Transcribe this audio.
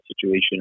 situation